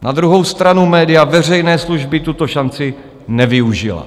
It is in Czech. Na druhou stranu média veřejné služby tuto šanci nevyužila.